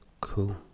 Cool